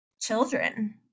children